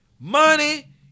Money